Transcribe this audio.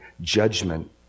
judgment